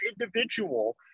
individual